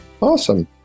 Awesome